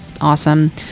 awesome